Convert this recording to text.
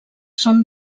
són